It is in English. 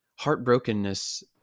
heartbrokenness